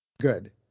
Good